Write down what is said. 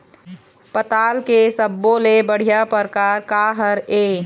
पताल के सब्बो ले बढ़िया परकार काहर ए?